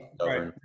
right